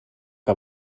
que